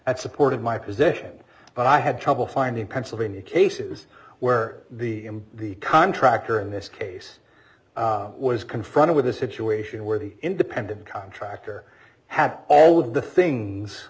that supported my position but i had trouble finding pennsylvania cases where the the contractor in this case was confronted with a situation where the independent contractor had all the things